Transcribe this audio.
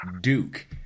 Duke